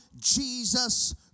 Jesus